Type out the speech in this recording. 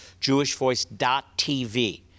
jewishvoice.tv